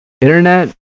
Internet